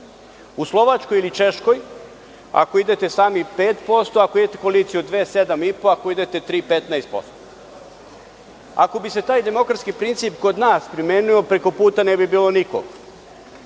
U Slovačkoj ili Češkoj, ako idete sami 5%, ako idete u koaliciju od dve 7,5%, ako idete tri 15%.Ako bi se taj demokratski princip kod nas primenio preko puta ne bi bilo nikog.